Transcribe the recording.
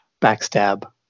backstab